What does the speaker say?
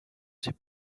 ces